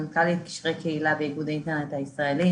איגוד האינטרנט הישראלי